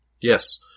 Yes